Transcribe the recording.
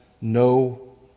no